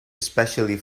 especially